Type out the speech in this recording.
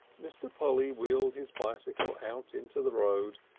mr. polly wheeled his bicycle out into the road,